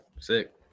Sick